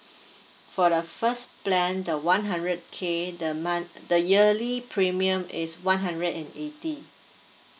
for the first plan the one hundred K the month the yearly premium is one hundred and eighty